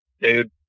dude